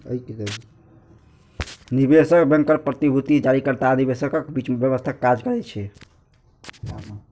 निवेश बैंकर प्रतिभूति जारीकर्ता आ निवेशकक बीच मध्यस्थक काज करै छै